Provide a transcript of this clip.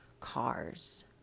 cars